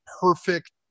perfect